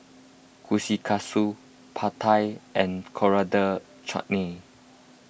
Kushikatsu Pad Thai and Coriander Chutney